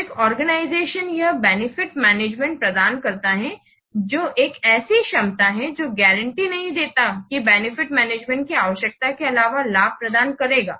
तो एक आर्गेनाइजेशन यह बेनिफिट मैनेजमेंट प्रदान करता है जो एक ऐसी क्षमता है जो गारंटी नहीं देता है कि बेनिफिट मैनेजमेंट की आवश्यकता के अलावा लाभ प्रदान करेगा